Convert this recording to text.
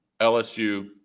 LSU